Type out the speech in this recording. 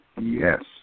Yes